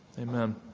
Amen